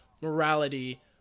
morality